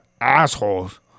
assholes